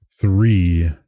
three